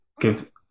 give